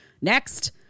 Next